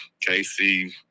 Casey